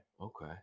okay